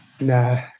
Nah